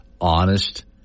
honest